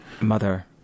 mother